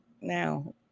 now